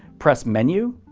press menu,